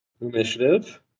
initiative